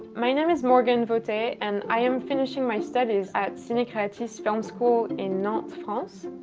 my name is morgane vautey and i am finishing my studies at cinecreatis film school in nantes, france.